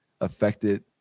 affected